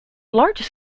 largest